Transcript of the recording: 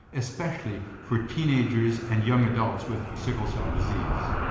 especially for teenagers and young adults with sickle cell disease.